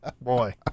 boy